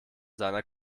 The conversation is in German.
seiner